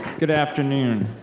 good afternoon.